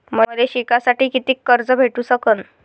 मले शिकासाठी कितीक कर्ज भेटू सकन?